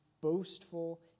boastful